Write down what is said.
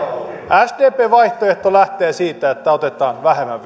sdpn vaihtoehto lähtee siitä että otetaan vähemmän